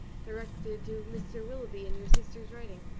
directed to mr. willoughby in your sister's writing.